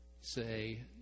say